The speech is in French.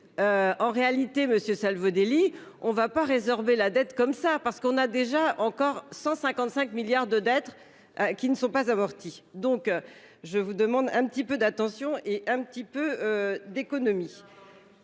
En réalité, Monsieur Salvodelli, on va pas résorber la dette comme ça parce qu'on a déjà encore 155 milliards de d'être. Qui ne sont pas amortis. Donc je vous demande un petit peu d'attention et un petit peu d'économie.